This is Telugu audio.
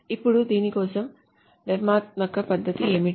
ఇప్పుడు దీని కోసం నిర్మాణాత్మక పద్ధతి ఏమిటి